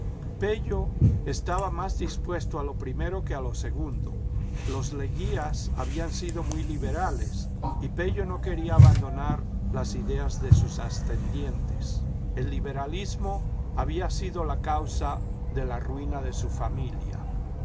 pello estaba más dispuesto a lo primero que a lo segundo los leguías habían sido muy liberales y pello no quena abandonar las ideas de sus ascendientes el liberalismo había sido la causa de la ruina de su familia